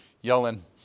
yelling